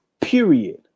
Period